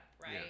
right